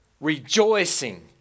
rejoicing